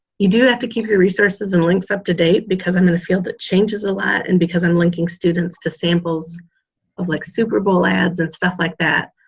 you do have to keep your resources and links up-to-date because i'm in a field that changes a lot and because i'm linking students to samples of like super bowl ads and stuff like that,